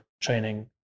training